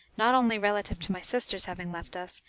not only relative to my sisters having left us,